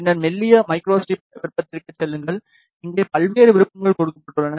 பின்னர் மெல்லிய மைக்ரோஸ்ட்ரிப் விருப்பத்திற்குச் செல்லுங்கள் இங்கே பல்வேறு விருப்பங்கள் கொடுக்கப்பட்டுள்ளன